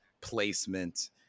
placement